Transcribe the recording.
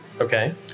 Okay